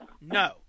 No